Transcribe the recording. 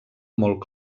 molt